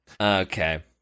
Okay